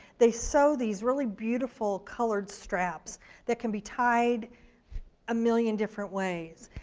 they sew these really beautiful colored straps that can be tied a million different ways.